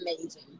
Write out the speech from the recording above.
amazing